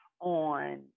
on